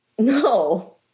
No